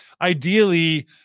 ideally